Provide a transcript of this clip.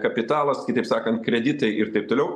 kapitalas kitaip sakant kreditai ir taip toliau